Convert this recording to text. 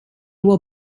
were